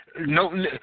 no